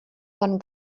von